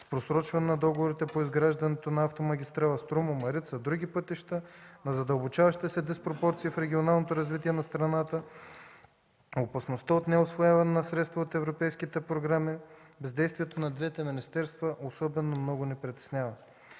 с просрочване на договорите по изграждането на автомагистрали „Струма”, „Марица” и други пътища, на задълбочаваща се диспропорция в регионалното развитие на страната, опасността от неусвояване на средства от европейските програми, бездействието на двете министерства особено много ни притесняват.